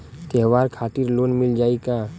त्योहार खातिर लोन मिल जाई का?